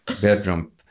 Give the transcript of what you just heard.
bedroom